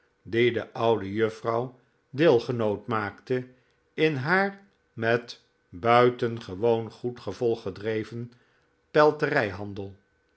de oude juffrouw deelgenoot maakte in haar met buitengewoon goed gevolg gedreven